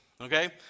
Okay